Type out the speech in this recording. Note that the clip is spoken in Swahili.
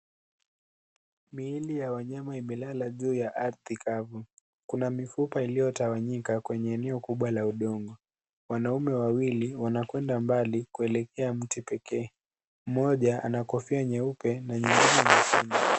Miili ya wanyama imelala juu ya ardhi kafu. Kuna mifupa iliyotawanyika kwenye eneo kubwa la udongo . Wanaume wawili wanakwenda mbali kuelekea mti pekee ,mmoja ana Kofia nyeupe na nyekundu.